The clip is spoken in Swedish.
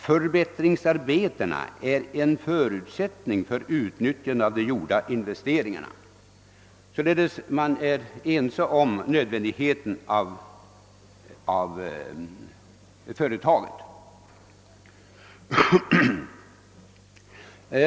Förbättringsarbetena är en förutsättning för utnyttjandet av de redan gjorda investeringarna.» Man är således inom utskottet ense om företagets nödvändighet.